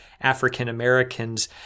African-Americans